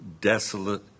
desolate